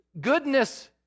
goodness